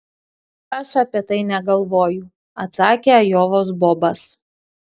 aš apie tai negalvoju atsakė ajovos bobas